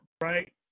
Right